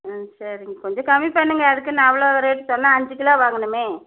ம் சரிங்க கொஞ்சம் கம்மி பண்ணுங்கள் அதுக்குன்னு அவ்வளோ ரேட் சொன்னால் அஞ்சு கிலோ வாங்கணுமே